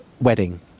wedding